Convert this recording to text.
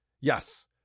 Yes